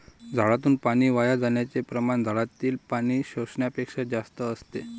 झाडातून पाणी वाया जाण्याचे प्रमाण झाडातील पाणी शोषण्यापेक्षा जास्त असते